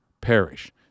perish